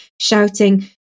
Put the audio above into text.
shouting